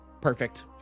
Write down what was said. Perfect